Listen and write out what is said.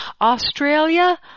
Australia